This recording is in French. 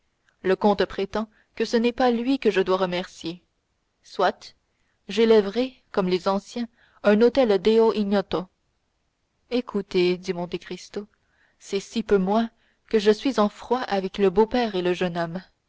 le comte prétend que ce n'est pas lui que je dois remercier soit j'élèverai comme les anciens un autel deo ignoto écoutez dit monte cristo c'est si peu moi que je suis en froid avec le beau-père et avec le jeune homme